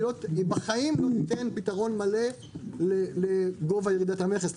היא בחיים לא תיתן פתרון מלא לגובה ירידת המכס,